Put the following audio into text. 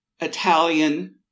Italian